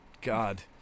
God